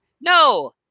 No